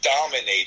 dominated